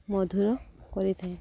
ମଧୁର କରିଥାଏ